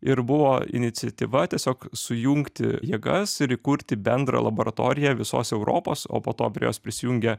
ir buvo iniciatyva tiesiog sujungti jėgas ir įkurti bendrą laboratoriją visos europos o po to prie jos prisijungė